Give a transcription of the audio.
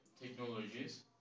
technologies